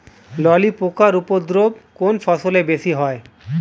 ললি পোকার উপদ্রব কোন ফসলে বেশি হয়?